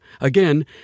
Again